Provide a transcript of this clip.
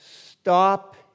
stop